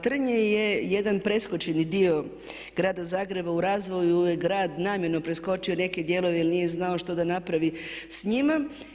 Trnje je jedan preskočeni dio grada Zagreba u razvoju, grad je namjerno preskočio neke dijelove jer nije znao šta da napravi s njima.